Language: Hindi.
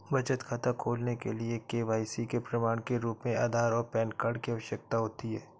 बचत खाता खोलने के लिए के.वाई.सी के प्रमाण के रूप में आधार और पैन कार्ड की आवश्यकता होती है